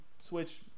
Switch